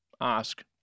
ask